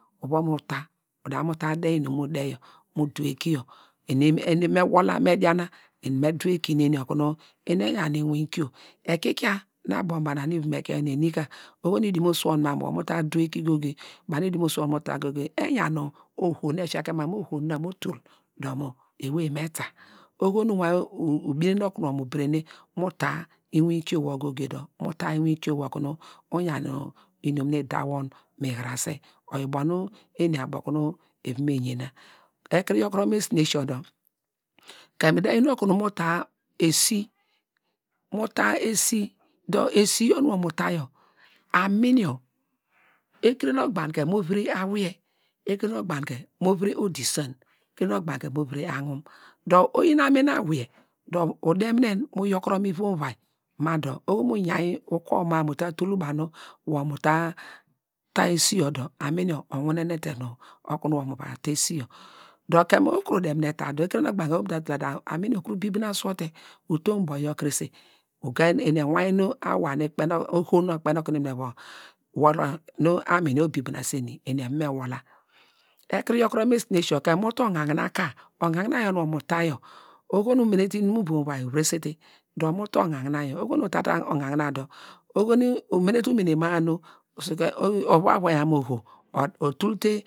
Uva mu ta udamu ta de inum nu mu deyo mu du eki yo, eni me wola me, diana eni me du eki neri okunu eni eyan inwinkio ekikia nu abo mu bana nu ivom ekeinyo nu emi ka oho nu idiomosuwon mamu wor mu ta du eki goge, banu idiomo suwon mu ta goge, eyan oho nu efia ken ma mu oho na otul dor mu ewey mu eta, oho nu ubinen okunu wor mu bedene mu ta inwinkio goge dor mu ta inwinnkio okunu uyan inum nu ida mi hirase oyo ubo nu eni abo okunu evo me yena, ekuru yor kuro mu esinesio dor kem ida yin okunowor mu ta- a esi, mu ta esi dor esi yor nu wor mu ta yor anuri yor ekire nu ogbanke mo vire awiye, ekire nu ogbanke mo vire odisan ekire nu ogbanke mo vire ahumn, dor oyi anuri awiye udenurien mu yokuro mu ivom uvia ma dor oho nu mu yainyi uku ma- a mu ta tul banu wor mu ta esi yor dor anuri yor owinenete dor okunu nu wor mu va ta esi yor, dor kemu ukuru demine, ta dor ekire nu ogbegne oho nu mu ta tula dor anuri yor okuru bibinnasu wor te utom ubo yor kirese ugen, eni ewain oho nu okpe okunu eni me va wola nu anuri yor obibinase eni, eni eva me worla ekri, yokuro mu esinesio kamu mu ta on̄an̄inã ka on̄an̄inã yor nu wor mu ta yor oho nu umenete inum ivom uvai uviresete dor mu ta on̄an̄inã yor dor oho nu uta te on̄an̄ninã dor oho nu umene te umene ma- a nu ova wairiyam mu oho otul te